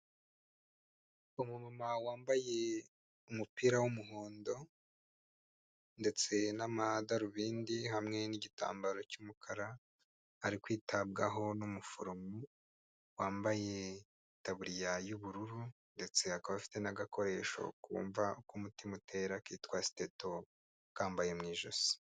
Umumama wambaye umupira w'umuhondo ndetse n'amadarubindi hamwe n'igitambaro cy'umukara, ari kwitabwaho n'umuforomo wambaye itaburiya y'ubururu ndetse akaba afite n'agakoresho kumva uko umutima utera kitwa siteto, akambaye mu ijosi.